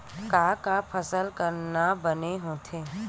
का का फसल करना बने होथे?